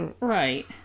right